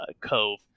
cove